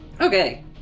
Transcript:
Okay